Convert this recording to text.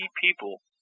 people